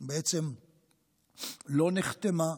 שבעצם לא נחתמה,